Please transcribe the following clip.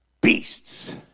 beasts